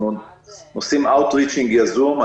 אנחנו עושים אאוט-ריצ'ינג יזום.